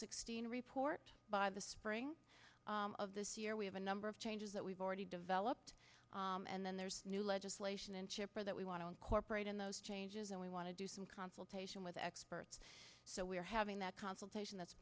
sixteen report by the spring of this year we have a number of changes that we've already developed and then there's new legislation in chipper that we want to incorporate in those changes and we want to do some consultation with experts so we're having that consultation that's